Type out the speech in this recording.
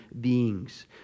beings